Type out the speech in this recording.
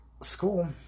school